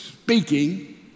speaking